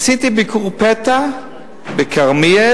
עשיתי ביקור פתע בכרמיאל,